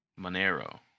Monero